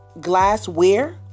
glassware